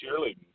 cheerleading